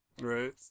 Right